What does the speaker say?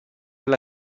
alla